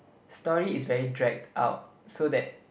story is very dragged out so that